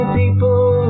people